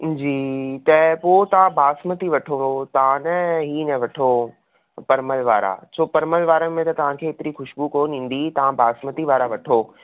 जी त पोइ तव्हां बासमती वठो तव्हां न ही न वठो परमल वारा छो परमल वारनि में त तव्हांखे एतिरी ख़ुश्बू कोन ईंदी तव्हां बासमती वारा वठो